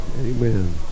amen